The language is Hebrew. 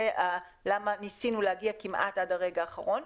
זאת הסיבה למה ניסינו להגיע כמעט עד הרגע האחרון.